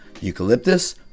eucalyptus